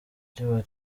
riba